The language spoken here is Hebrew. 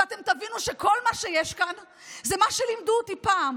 ואתם תבינו שכל מה שיש כאן זה מה שלימדו אותי פעם.